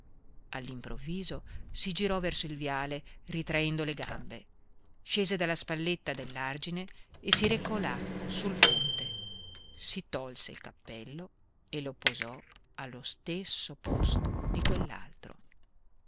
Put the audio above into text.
all'improvviso si girò verso il viale ritraendo le gambe scese dalla spalletta dell'argine e si recò là sui ponte si tolse il cappello e lo posò allo stesso posto di